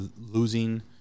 losing